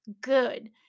good